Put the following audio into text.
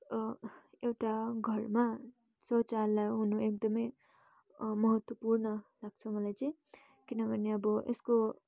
एउटा घरमा शौचालय हुनु एकदमै महत्त्वपूर्ण लाग्छ मलाई चाहिँ किनभने अब यसको